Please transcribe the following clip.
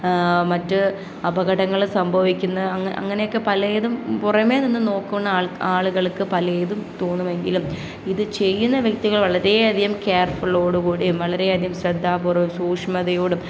മറ്റ് അപകടങ്ങള് സംഭവിക്കുന്ന അങ്ങനെയൊക്കെ പലേതും പുറമേ നിന്ന് നോക്കുന്ന ആൾ ആളുകൾക്ക് പലേതും തോന്നുമെങ്കിലും ഇത് ചെയ്യുന്ന വ്യക്തികൾ വളരെയധികം കെയർഫുള്ളോടുകൂടി വളരെയധികം ശ്രദ്ധാപൂർവം സൂക്ഷ്മതയോടും